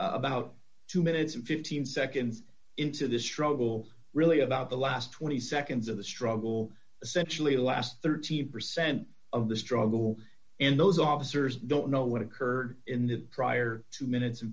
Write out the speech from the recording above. about two minutes and fifteen seconds into this struggle really about the last twenty seconds of the struggle essentially last thirty percent of the struggle in those officers don't know what occurred in the prior two minutes